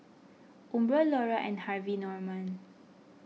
Umbro Iora and Harvey Norman